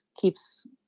keeps